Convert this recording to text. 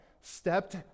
stepped